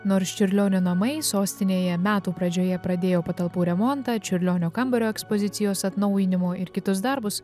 nors čiurlionio namai sostinėje metų pradžioje pradėjo patalpų remontą čiurlionio kambario ekspozicijos atnaujinimo ir kitus darbus